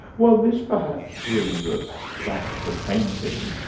well this perhaps brings us back to painting,